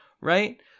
right